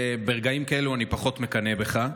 שברגעים כאלה אני פחות מקנא בך.